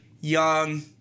Young